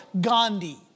Gandhi